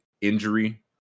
injury